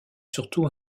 surtout